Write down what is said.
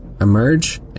emerge